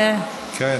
זה שוק.